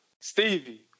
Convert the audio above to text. Stevie